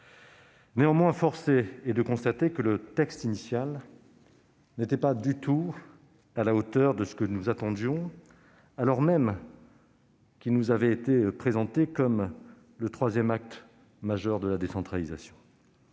Néanmoins, force est de constater que le texte initial n'était pas du tout à la hauteur de nos attentes, alors même qu'il nous avait été présenté comme le troisième acte majeur de la décentralisation.